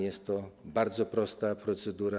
Jest to bardzo prosta procedura.